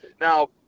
Now